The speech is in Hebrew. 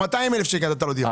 200,000 שקלים נתת לו דירה,